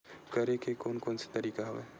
करे के कोन कोन से तरीका हवय?